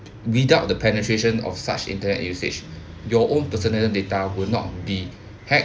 without the penetration of such internet usage your own personal data will not be hacked